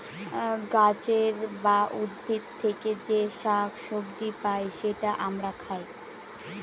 গাছের বা উদ্ভিদ থেকে যে শাক সবজি পাই সেটা আমরা খাই